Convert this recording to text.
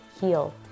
Heal